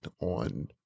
on